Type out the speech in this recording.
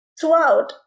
throughout